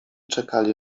czekali